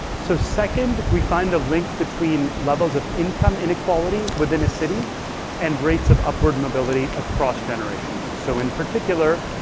so second, we find a link between levels of income inequality within a city and rates of upward mobility across generations. so in particular,